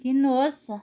किन्नुहोस्